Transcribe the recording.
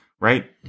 right